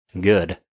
good